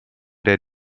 der